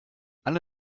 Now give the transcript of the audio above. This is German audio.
alle